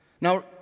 Now